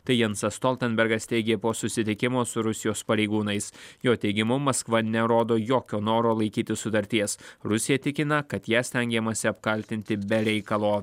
tai jansas stoltenbergas teigė po susitikimo su rusijos pareigūnais jo teigimu maskva nerodo jokio noro laikytis sutarties rusija tikina kad ją stengiamasi apkaltinti be reikalo